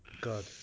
god